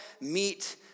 meet